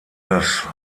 das